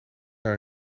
naar